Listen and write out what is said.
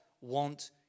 want